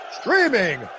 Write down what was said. streaming